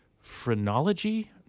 phrenology